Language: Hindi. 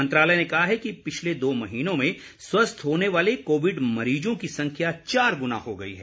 मंत्रालय ने कहा है कि पिछले दो महीनों में स्वस्थ होने वाले कोविड मरीजों की संख्या चार गुना हो गई है